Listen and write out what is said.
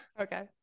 Okay